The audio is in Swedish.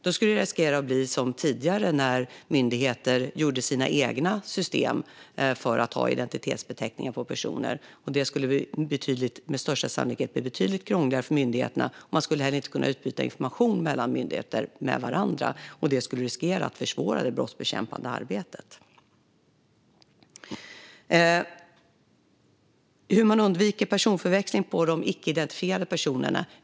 Då skulle vi riskera att det blev som tidigare, när myndigheter gjorde sina egna system för identitetsbeteckningar på personer. Det skulle med största sannolikhet bli betydligt krångligare för myndigheterna. De skulle inte heller kunna utbyta information med varandra, vilket skulle riskera att försvåra det brottsbekämpande arbetet. Hur undviker man personförväxling med de icke identifierade personerna?